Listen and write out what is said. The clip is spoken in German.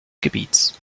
gebiets